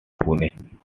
pune